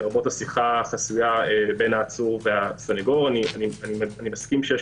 לרבות השיחה החסויה בין העצור לסנגור אני מסכים שיש